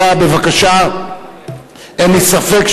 גברתי, ובזה אני רוצה לסיים.